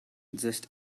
just